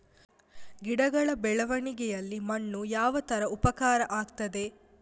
ಗಿಡಗಳ ಬೆಳವಣಿಗೆಯಲ್ಲಿ ಮಣ್ಣು ಯಾವ ತರ ಉಪಕಾರ ಆಗ್ತದೆ?